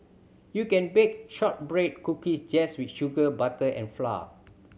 you can bake shortbread cookies just with sugar butter and flour